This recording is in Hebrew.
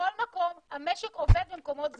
בכל מקום המשק עובד במקומות סגורים.